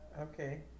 okay